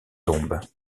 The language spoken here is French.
tombes